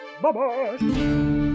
Bye-bye